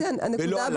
ולא עליי.